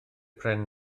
pren